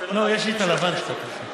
אני מסתכל על הדף הלבן שעולה לי.